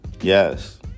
Yes